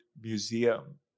museum